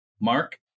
Mark